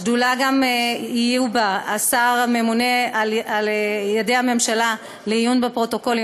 בשדולה יהיה גם השר הממונה על-ידי הממשלה לעיון בפרוטוקולים,